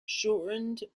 shortened